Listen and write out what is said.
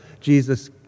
Jesus